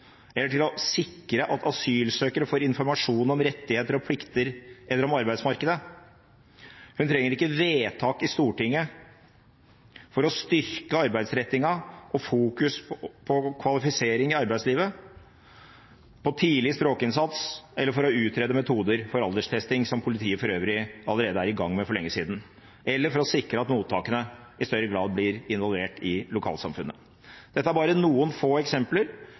eller sikre at asylsøkere får informasjon om rettigheter og plikter eller om arbeidsmarkedet. Hun trenger ikke vedtak i Stortinget for å styrke arbeidsrettingen og fokusere på kvalifisering til arbeidslivet og på tidlig språkinnsats, for å utrede metoder for alderstesting – som politiet for øvrig allerede er i gang med for lenge siden – eller for å sikre at mottakene i større grad blir involvert i lokalsamfunnet. Dette er bare noen få eksempler